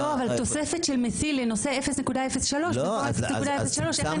אבל תוספת של- -- היא 0.03 ופה 0.03 איך אני אדע?